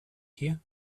here